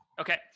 Okay